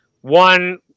One